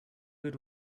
good